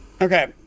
Okay